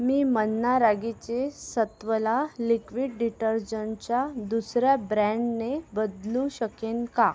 मी मन्ना रागीचे सत्वला लिक्विड डिटर्जंटच्या दुसर्या ब्रँडने बदलू शकेन का